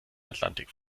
atlantik